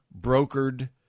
brokered